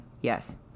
Yes